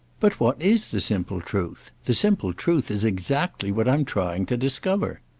but what is the simple truth? the simple truth is exactly what i'm trying to discover.